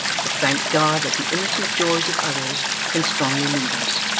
but thank god that the innocent joys of others can strongly move us,